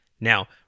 now